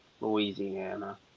Louisiana